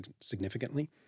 significantly